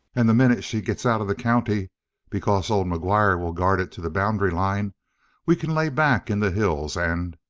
and the minute she gets out of the county because old mcguire will guard it to the boundary line we can lay back in the hills and